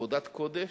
עבודת קודש,